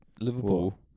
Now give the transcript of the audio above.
Liverpool